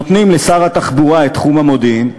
נותנים לשר התחבורה את תחום המודיעין,